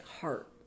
heart